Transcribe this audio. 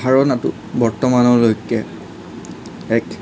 ধাৰণাটো বৰ্তমানলৈকে এক